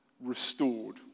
restored